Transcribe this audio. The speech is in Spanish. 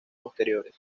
posteriores